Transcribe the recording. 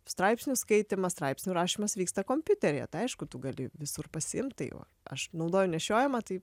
straipsnių skaitymas straipsnių rašymas vyksta kompiuteryje tai aišku tu gali jį visur pasiimt tai va aš naudoju nešiojamą tai